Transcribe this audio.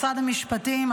משרד המשפטים,